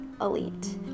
elite